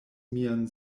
mian